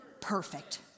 perfect